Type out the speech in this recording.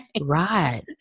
Right